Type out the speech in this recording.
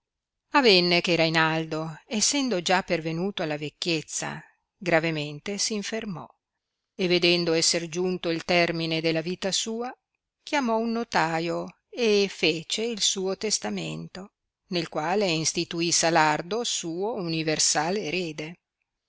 avenne che rainaldo essendo già pervenuto alla vecchiezza gravemente s infermò e vedendo esser giunto il termine della vita sua chiamò un notaio e fece il suo testamento nel quale instituì salardo suo universal erede